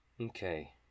Okay